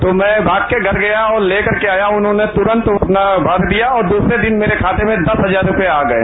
तो मैं भाग के घर गया और लेकर के आया उन्होंने तुरंत अपना भर दिया और दूसरे दिन मेरे खाते में दस हजार रुपये आ गए